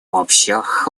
общих